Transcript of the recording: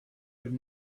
would